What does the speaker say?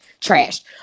trashed